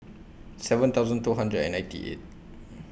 seven thousand two hundred and ninety eight